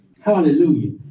Hallelujah